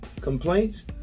complaints